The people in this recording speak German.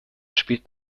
spielt